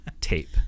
tape